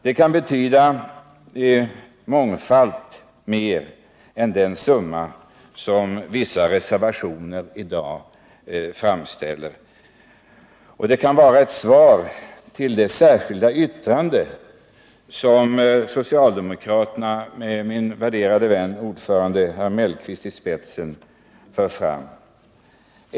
Det kan betyda mångfalt mer än den summa som vissa reservationer i dag anger. Och det kan vara ett svar till det särskilda yttrande som socialdemokraterna, med min värderade vän ordföranden herr Mellqvist i spetsen, för fram.